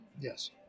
Yes